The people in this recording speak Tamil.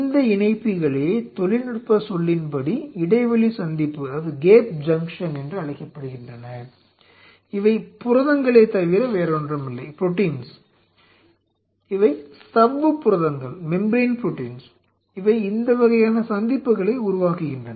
இந்த இணைப்பிகளே தொழில்நுட்ப சொல்லின் படி இடைவெளி சந்திப்பு என்று அழைக்கப்படுகின்றன இவை புரதங்களே தவிர வேறொன்றும் இல்லை இவை சவ்வு புரதங்கள் இவை இந்த வகையான சந்திப்புகளை உருவாக்குகின்றன